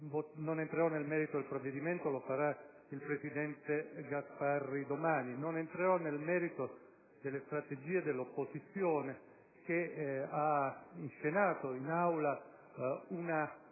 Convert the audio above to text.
Non entrerò nel merito del provvedimento, perché lo farà il presidente Gasparri domani. E non entrerò nel merito delle strategie dell'opposizione, che ha inscenato in Aula una